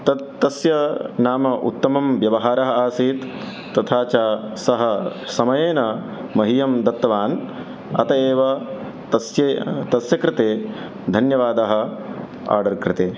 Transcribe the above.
तत् तस्य नाम उत्तमः व्यवहारः आसीत् तथा च सः समयेन मह्यं दत्तवान् अतः एव तस्य तस्य कृते धन्यवादाः आर्डर् कृते